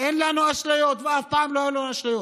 אין לנו אשליות ואף פעם לא היו לנו אשליות.